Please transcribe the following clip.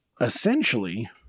essentially